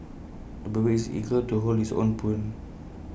the baby is eager to hold his own spoon